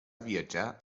viatjar